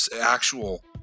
actual